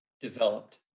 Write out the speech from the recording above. developed